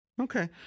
Okay